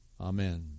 Amen